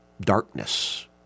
darkness